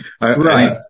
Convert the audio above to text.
Right